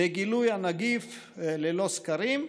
לגילוי הנגיף ללא סקרים,